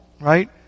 right